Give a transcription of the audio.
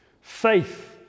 faith